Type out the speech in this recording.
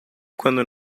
quando